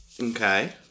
Okay